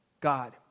God